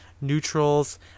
neutrals